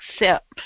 accept